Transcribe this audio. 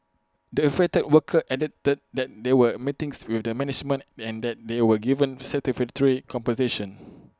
the affected worker added that that there were meetings with the management and that they were given satisfactory compensation